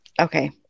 okay